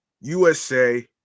USA